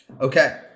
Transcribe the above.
Okay